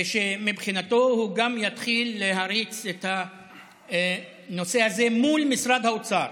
ושמבחינתו הוא גם יתחיל להריץ את הנושא הזה מול משרד האוצר,